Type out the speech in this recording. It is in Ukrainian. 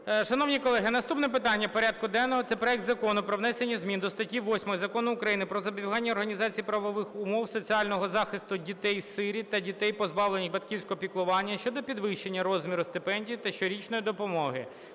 Шановні колеги, наступне питання порядку денного – це проект Закону про внесення змін до статті 8 Закону України "Про забезпечення організаційно-правових умов соціального захисту дітей-сиріт та дітей, позбавлених батьківського піклування" щодо підвищення розміру стипендії та щорічної допомоги.